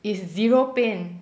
is zero pain